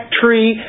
tree